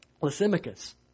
Lysimachus